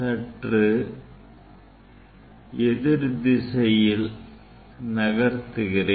சற்று எதிர்திசையில் நகர்த்துகிறேன்